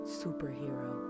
superhero